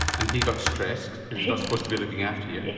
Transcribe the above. and he got stressed, he's not supposed to be looking after you?